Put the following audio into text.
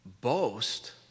boast